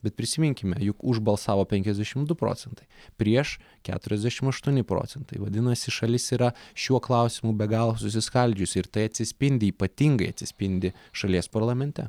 bet prisiminkime jog už balsavo penkiasdešimt du procentai prieš katuriasdešim aštuoni procentai vadinasi šalis yra šiuo klausimu be galo susiskaldžiusi ir tai atsispindi ypatingai atsispindi šalies parlamente